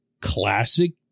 classic